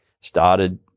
started